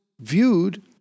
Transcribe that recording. viewed